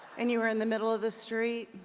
and you were in the middle of the street?